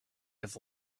his